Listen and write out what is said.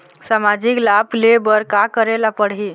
सामाजिक लाभ ले बर का करे ला पड़ही?